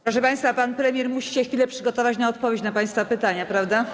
Proszę państwa, pan premier musi się chwilę przygotować do odpowiedzi na państwa pytania, prawda?